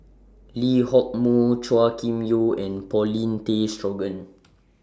Lee Hock Moh Chua Kim Yeow and Paulin Tay Straughan